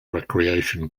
recreation